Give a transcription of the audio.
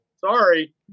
Sorry